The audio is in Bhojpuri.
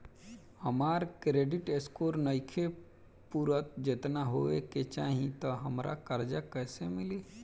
हमार क्रेडिट स्कोर नईखे पूरत जेतना होए के चाही त हमरा कर्जा कैसे मिली?